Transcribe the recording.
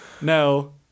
No